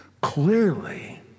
clearly